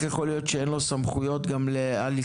יכול להיות שאין לו סמכויות גם להליכים